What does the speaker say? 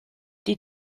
die